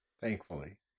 Thankfully